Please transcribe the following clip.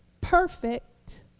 perfect